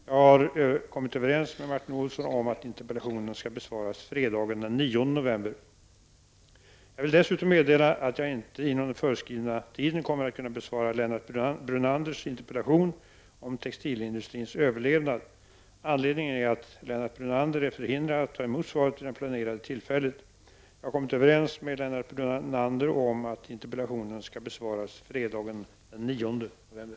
Jag har kommit överens med Martin Olsson om att interpellationen skall besvaras fredagen den 9 Jag vill dessutom meddela att jag inte inom den föreskrivna tiden kommer att kunna besvara Lennart Brunanders interpellation om textilindustrins överlevnad. Anledningen är att Lennart Brunander är förhindrad att ta emot svaret vid det planerade tillfället. Jag har kommit överens med Lennart Brunander om att interpellationen skall besvaras fredagen den 9 november.